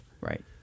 Right